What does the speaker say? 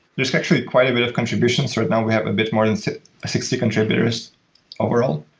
there's actually quite a bit of contributions. right now we have a bit more than sixty contributors overall.